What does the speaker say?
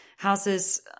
Houses